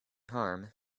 harm